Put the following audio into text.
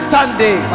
Sunday